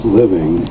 living